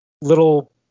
little